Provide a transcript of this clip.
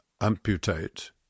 amputate